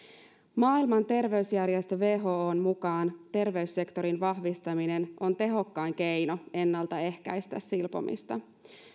maailman terveysjärjestö whon mukaan terveyssektorin vahvistaminen on tehokkain keino ennaltaehkäistä silpomista